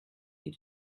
you